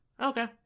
Okay